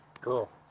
Cool